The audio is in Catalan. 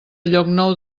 llocnou